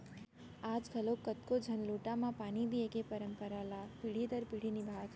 आज घलौक कतको झन लोटा म पानी दिये के परंपरा ल पीढ़ी दर पीढ़ी निभात हें